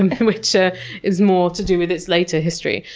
and which ah is more to do with its later history.